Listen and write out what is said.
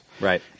Right